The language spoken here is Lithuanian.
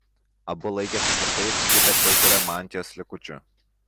abu laikėsi tvirtai įsikibę cezario mantijos likučių